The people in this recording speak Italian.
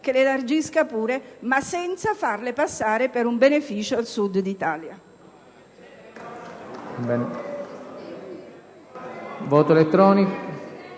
che le elargisca pure, ma senza farle passare per un beneficio al Sud dell'Italia!